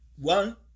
One